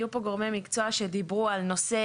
היו פה גורמי מקצוע שדיברו על נושא